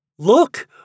Look